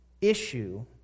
issue